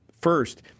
first